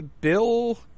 Bill